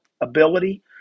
ability